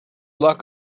luck